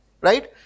right